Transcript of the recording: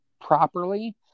properly